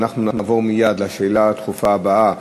ואנחנו נעבור לשאלה הדחופה הבאה,